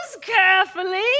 carefully